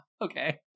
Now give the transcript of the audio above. Okay